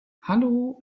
hallo